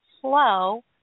slow